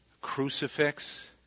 crucifix